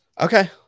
Okay